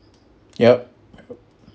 yup